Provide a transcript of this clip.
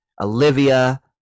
Olivia